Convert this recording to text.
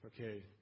Okay